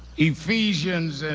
ephesians, and